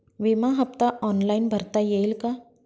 विमा हफ्ता ऑनलाईन भरता येईल का?